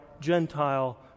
Gentile